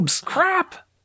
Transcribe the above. Crap